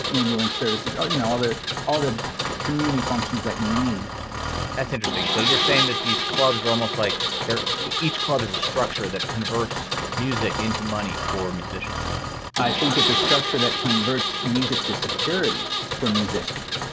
ambulance services, you know, all the all the community functions that you need that's interesting. so you're saying that these clubs are almost like they're each club is a structure that converts music into money for musicians i think it's a structure that converts music to security for musicians.